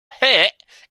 hit